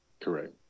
correct